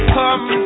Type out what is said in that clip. come